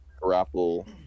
grapple